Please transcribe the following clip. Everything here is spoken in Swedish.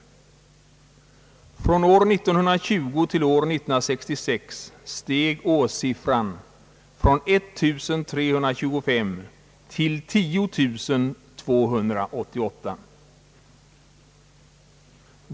Från år 1920 till år 1966 steg årssiffran från 1325 till 10 288.